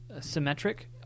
symmetric